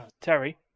Terry